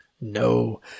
No